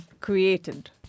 created